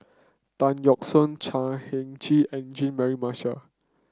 Tan Yeok Seong Chan Heng Chee and Jean Mary Marshall